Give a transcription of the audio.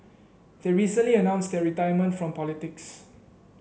they recently announced their retirement from politics